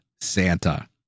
Santa